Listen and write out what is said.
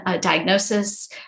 diagnosis